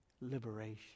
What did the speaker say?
liberation